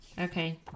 Okay